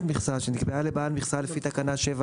אבל לא בטוח שצריך את זה בנוסח החוק.